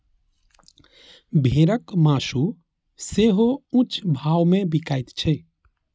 भेड़क मासु सेहो ऊंच भाव मे बिकाइत छै